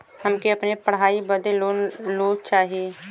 हमके अपने पढ़ाई बदे लोन लो चाही?